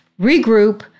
regroup